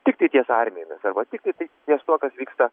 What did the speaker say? tiktai ties armijomis arba tiktai ties tuo kas vyksta